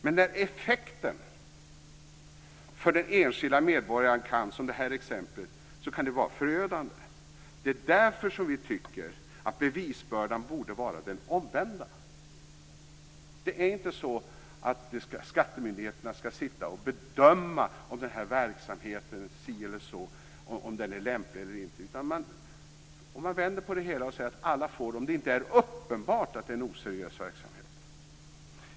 Men effekten för den enskilda medborgaren, som i det här exemplet, kan vara förödande. Det är därför som vi tycker att bevisbördan borde vara den omvända. Skattemyndigheterna skall inte sitta och bedöma om verksamheten är lämplig eller inte. Om man vänder på det hela och säger att alla får det när det inte är uppenbart att det är en oseriös verksamhet.